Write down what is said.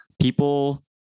People